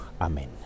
amen